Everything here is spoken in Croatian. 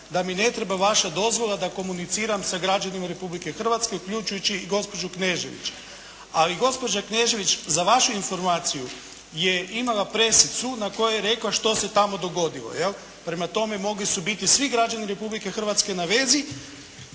da mi ne treba vaša dozvola da komuniciram sa građanima Republike Hrvatske uključujući i gospođu Knežević. A i gospođa Knežević za vašu informaciju je imala pressicu na kojoj je rekla što se tamo dogodilo jel'? Prema tome mogli su biti svi građani Republike Hrvatske na vezi